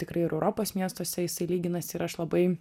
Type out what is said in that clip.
tikrai ir europos miestuose jisai lyginasi ir aš labai